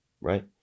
right